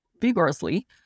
vigorously